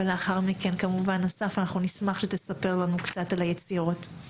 ולאחר מכן כמובן אסף אנחנו נשמח שתספר לנו קצת על היצירות.